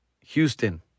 Houston